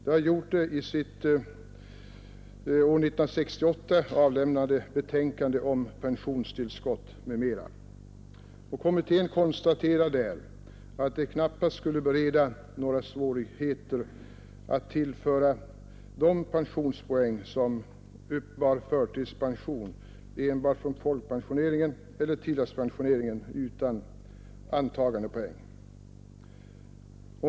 I sitt 1968 avlämnade betänkande om pensionstillskott m.m. konstaterar kommittén att det knappast skulle bereda några svårigheter att tillföra dem pensionspoäng som uppbär förtidspension enbart från folkpensioneringen eller tilläggspensioneringen utan antagandepoäng.